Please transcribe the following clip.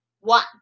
One